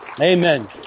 Amen